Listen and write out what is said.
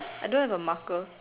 I don't have a marker